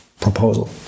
proposal